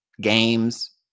games